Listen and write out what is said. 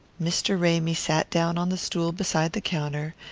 mr. ramy sat down on the stool beside the counter,